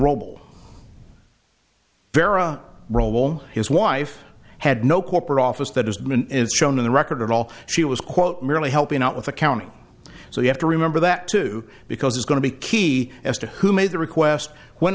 role his wife had no corporate office that has been shown in the record at all she was quote merely helping out with accounting so you have to remember that too because it's going to be key as to who made the request when